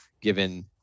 given